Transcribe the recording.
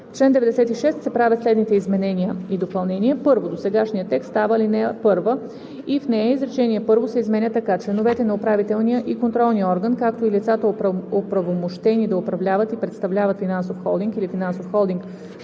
В чл. 96 се правят следните изменения и допълнения: 1. Досегашният текст става ал. 1 и в нея изречение първо се изменя така: „Членовете на управителния и контролния орган, както и лицата, оправомощени да управляват и представляват финансов холдинг или финансов холдинг